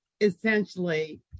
essentially